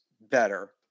better